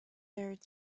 third